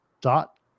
dot